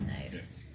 Nice